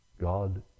God